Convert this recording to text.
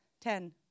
ten